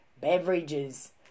Beverages